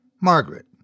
Margaret